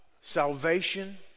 salvation